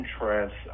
interest